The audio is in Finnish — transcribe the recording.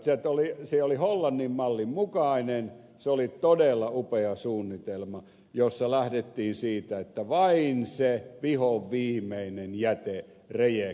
se oli hollannin mallin mukainen se oli todella upea suunnitelma jossa lähdettiin siitä että vain se vihoviimeinen jäterejekti poltetaan